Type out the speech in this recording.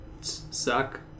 suck